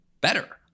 better